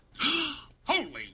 Holy